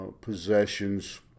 possessions